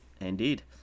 Indeed